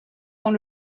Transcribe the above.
dans